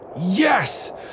Yes